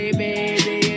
baby